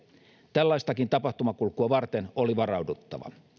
tällaistakin tapahtumakulkua varten oli varauduttava